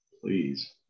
please